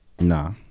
Nah